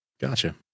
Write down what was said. gotcha